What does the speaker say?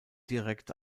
direkt